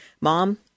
Mom